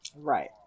right